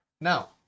Now